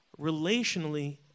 relationally